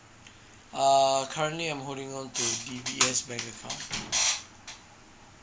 err currently I'm holding on to D_B_S bank account